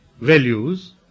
values